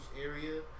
area